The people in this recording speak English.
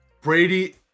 Brady